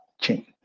chain